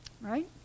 Right